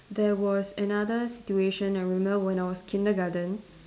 there was another situation I remember when I was kindergarten